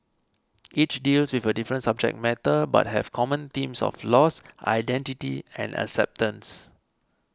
each deals with a different subject matter but have common themes of loss identity and acceptance